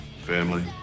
family